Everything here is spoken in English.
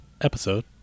episode